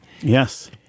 Yes